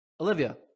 Olivia